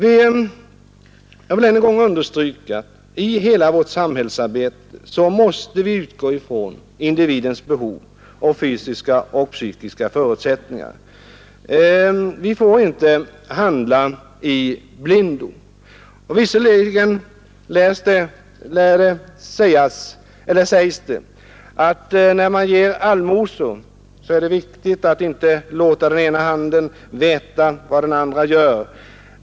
I hela vårt samhällsarbete måste vi — det vill jag än en gång understryka — utgå från individens behov och fysiska och psykiska förutsättningar. Vi får inte handla i blindo. Visserligen sägs det när man ger allmosor vara viktigt att inte låta den ena handen veta vad den andra gör.